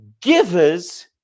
givers